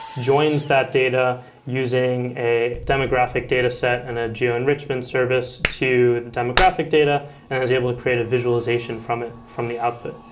joins that data using a demographic dataset and a geo-enrichment service to the demographic data and is able to create a visualization from it, from the output.